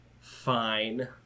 fine